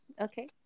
okay